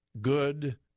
good